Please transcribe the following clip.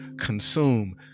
consume